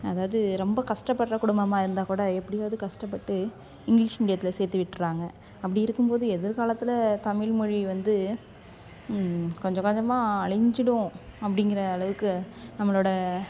அதாவது ரொம்ப கஷ்டப்படுற குடும்பமாக இருந்தால் கூட எப்படியாவது கஷ்டப்பட்டு இங்கிலிஷ் மீடியத்தில் சேத்து விடுறாங்க அப்படி இருக்கும் போது எதிர்காலத்தில் தமிழ் மொழி வந்து கொஞ்சம் கொஞ்சமாக அழிஞ்சிடும் அப்டிங்கிற அளவுக்கு நம்மளோட